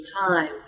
time